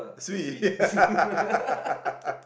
swee